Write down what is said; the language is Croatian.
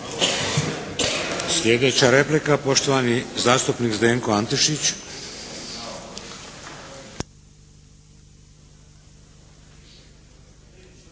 Hvala. Hvala. Klub